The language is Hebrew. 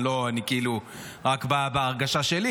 רק בהרגשה שלי,